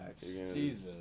Jesus